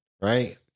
right